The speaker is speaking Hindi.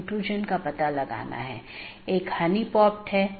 BGP वेरजन 4 में बड़ा सुधार है कि यह CIDR और मार्ग एकत्रीकरण को सपोर्ट करता है